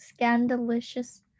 scandalicious